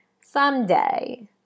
someday